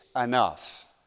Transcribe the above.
enough